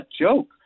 joke